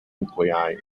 nuclei